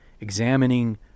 examining